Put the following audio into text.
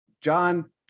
John